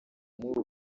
muri